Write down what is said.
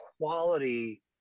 quality